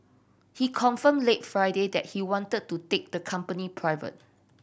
he confirmed late Friday that he want to take the company private